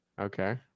okay